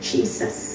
Jesus